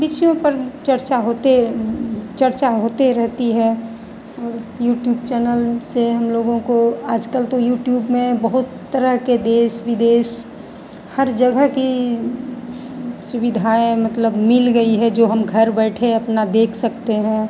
विषयों पर चर्चा होते चर्चा होते रहती है और यूट्यूब चैनल से हम लोगों को आजकल तो यूट्यूब में बहुत तरह के देश विदेश हर जगह की सुविधाएं मतलब मिल गई हैं जो हम घर बैठे मतलब देख सकते हैं